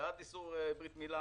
בעד איסור ברית מילה,